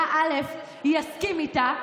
מציגה היום,